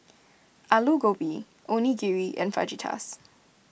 Alu Gobi Onigiri and Fajitas